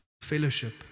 fellowship